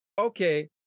okay